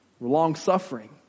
long-suffering